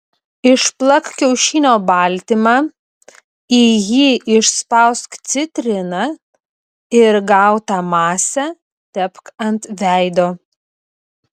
išplak kiaušinio baltymą į jį išspausk citriną ir gautą masę tepk ant veido